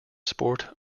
sport